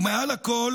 מעל הכול,